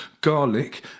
garlic